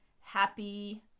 happy